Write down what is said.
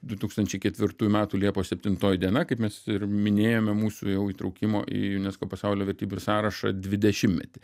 du tūkstančiai ketvirtųjų metų liepos septintoji diena kaip mes ir minėjome mūsų jau įtraukimo į unesco pasaulio vertybių sąrašą dvidešimtmetį